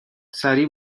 سریع